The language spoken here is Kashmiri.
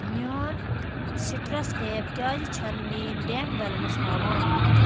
میٛون سِٹرس ایپ کیٛازِ چھَنہٕ میٛٲنۍ بینٛک بیلنس ہاوان